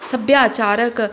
ਸੱਭਿਆਚਾਰਕ